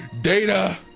Data